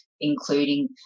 including